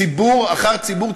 ציבור אחר ציבור,